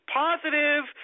positive